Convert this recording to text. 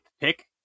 pick